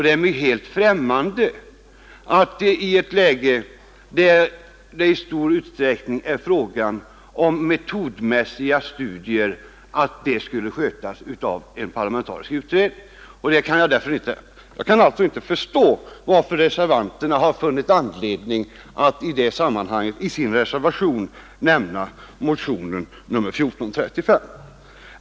Det är mig helt främmande att metodmässiga studier skulle göras av en parlamentarisk utredning. Jag kan alltså inte förstå varför reservanterna har funnit anledning att i sin reservation nämna motionen 1435.